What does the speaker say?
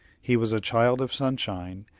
he was a child of sunshine,